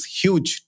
huge